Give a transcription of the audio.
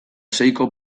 seiko